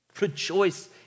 Rejoice